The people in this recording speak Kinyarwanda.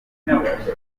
n’abaturage